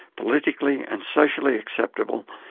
politically and socially acceptable,